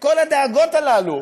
כל הדאגות הללו.